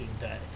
day